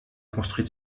construite